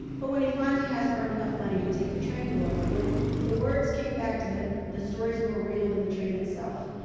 but when he finally has earned enough money to take the train north, the words came back to him, the stories more real than the train itself.